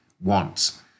wants